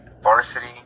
varsity